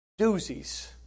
doozies